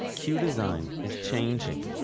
queue design is changing.